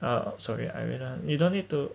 uh sorry I lah you don't need to